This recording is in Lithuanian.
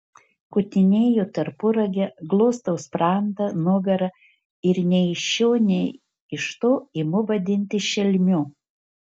kutinėju tarpuragę glostau sprandą nugarą ir nei iš šio nei iš to imu vadinti šelmiu